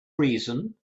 reason